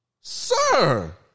Sir